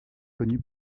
connu